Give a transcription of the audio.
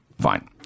Fine